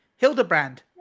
Hildebrand